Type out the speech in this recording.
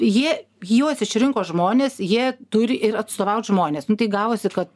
jie juos išrinko žmonės jie turi ir atstovaut žmones nu tai gavosi kad